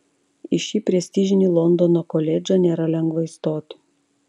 į šį prestižinį londono koledžą nėra lengva įstoti